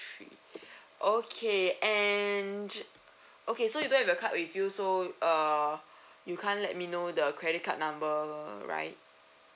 three okay and okay so you don't have your card with you so uh you can't let me know the credit card number right